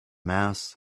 mass